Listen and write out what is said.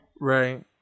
Right